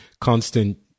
constant